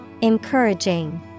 Encouraging